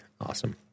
Awesome